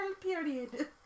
period